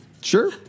Sure